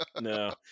no